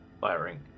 firing